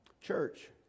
church